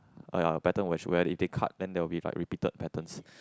uh ya better where if they cut then there'll be like repeated patterns